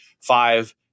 five